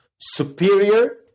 superior